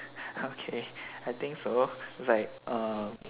okay I think so is like err